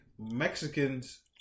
Mexicans